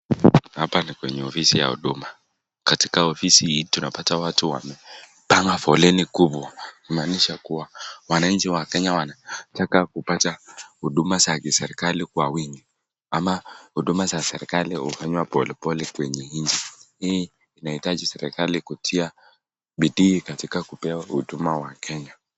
Hapa ni kwenye ofisi ya huduma ,katika ofisi hii tunapata watu wamepanga foleni kubwa kumanisha kuwa wananchi wa Kenya wanataka kupata huduma safi serikali kwa wingi, ama huduma za serikali hufanyiwa polepole kwenye nchi. Hii inahitaji serikali kutia bidii kupewa huduma wa Kenya.